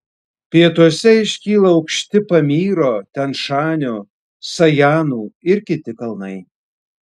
pietuose iškyla aukšti pamyro tian šanio sajanų ir kiti kalnai